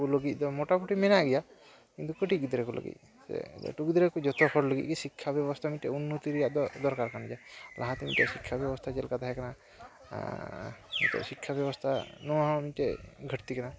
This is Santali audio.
ᱩᱱᱠᱩ ᱞᱟᱹᱜᱤᱫ ᱫᱚ ᱢᱚᱴᱟ ᱢᱩᱴᱤ ᱢᱮᱱᱟᱜ ᱜᱮᱭᱟ ᱠᱤᱱᱛᱩ ᱠᱟᱹᱴᱤᱡ ᱜᱤᱫᱽᱨᱟᱹ ᱠᱚ ᱞᱟᱹᱜᱤᱫ ᱥᱮ ᱞᱟᱹᱴᱩ ᱜᱤᱫᱽᱨᱟᱹ ᱠᱚ ᱡᱚᱛᱚ ᱦᱚᱲ ᱞᱟᱹᱜᱤᱫ ᱜᱮ ᱥᱤᱠᱠᱷᱟ ᱵᱮᱵᱚᱥᱛᱟ ᱢᱤᱫᱴᱮᱱ ᱩᱱᱱᱚᱛᱤ ᱨᱮᱭᱟᱜ ᱫᱚ ᱫᱚᱨᱠᱟᱨ ᱠᱟᱱ ᱜᱮᱭᱟ ᱞᱟᱦᱟᱛᱮ ᱢᱤᱫᱴᱮᱱ ᱥᱤᱠᱠᱷᱟ ᱵᱮᱵᱚᱥᱛᱟ ᱪᱮᱫ ᱞᱮᱠᱟ ᱛᱟᱦᱮᱸ ᱠᱟᱱᱟ ᱱᱤᱛᱚᱜ ᱥᱤᱠᱠᱷᱟ ᱵᱮᱵᱚᱥᱛᱟ ᱱᱚᱣᱟ ᱦᱚᱸ ᱢᱤᱫᱴᱮᱱ ᱜᱷᱟᱹᱴᱛᱤ ᱠᱟᱱᱟ